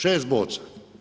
6 boca.